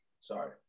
Sorry